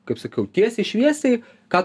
kaip sakiau tiesiai šviesiai ką